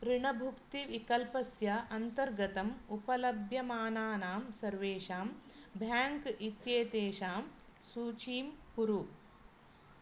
ऋणभुक्तिविकल्पस्य अन्तर्गतम् उपलभ्यमानानां सर्वेषां बैङ्क् इत्येतेषां सूचीं कुरु